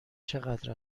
چقدر